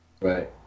right